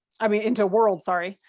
i mean into a world sorry,